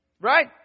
Right